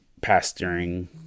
pasturing